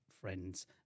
friends